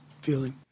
feeling